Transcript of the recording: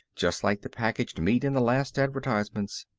just like the packaged meat in the last advertisements.